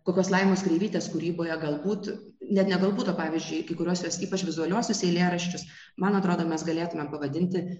kokios laimos kreivytės kūryboje galbūt net ne galbūt o pavyzdžiui kai kuriuos jos ypač vizualiuosius eilėraščius man atrodo mes galėtumėm pavadinti